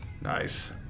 Nice